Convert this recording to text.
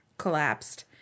collapsed